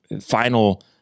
final